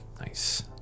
nice